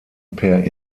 per